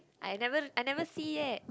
I never I never see yet